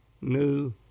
new